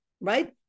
right